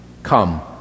Come